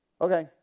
okay